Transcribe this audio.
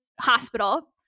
hospital